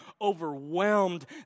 overwhelmed